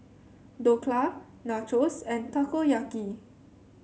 Dhokla Nachos and Takoyaki